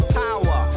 power